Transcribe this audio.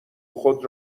خود